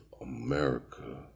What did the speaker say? America